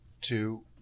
two